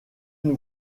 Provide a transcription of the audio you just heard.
une